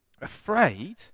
Afraid